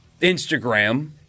Instagram